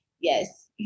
yes